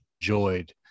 enjoyed